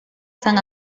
san